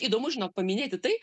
įdomu žinok paminėti tai